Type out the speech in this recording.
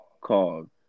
called